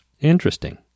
interesting